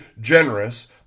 generous